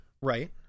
Right